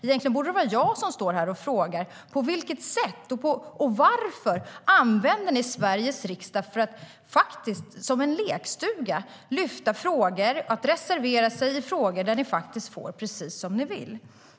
Egentligen borde jag stå här och fråga varför ni använder Sveriges riksdag som lekstuga och reserverar er i frågor där ni faktiskt får precis som ni vill.